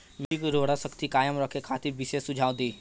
मिट्टी के उर्वरा शक्ति कायम रखे खातिर विशेष सुझाव दी?